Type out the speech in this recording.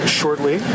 shortly